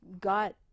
got